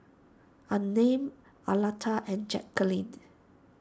Unnamed Aleta and Jackeline